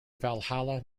valhalla